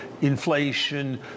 inflation